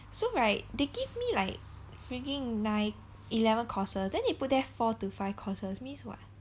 so right they give me like freaking nine eleven courses then they put there four to five courses means what